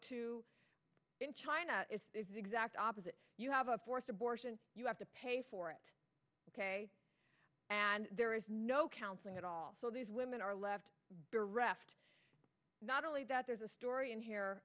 to in china is the exact opposite you have a forced abortion you have to pay for it and there is no counseling at all so these women are left bereft not only that there's a story in here